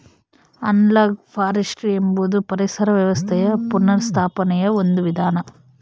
analogue forestry ಎಂಬುದು ಪರಿಸರ ವ್ಯವಸ್ಥೆಯ ಪುನಃಸ್ಥಾಪನೆಯ ಒಂದು ವಿಧಾನ